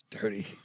Dirty